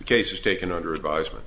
case is taken under advisement